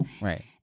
right